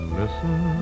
listen